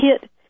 hit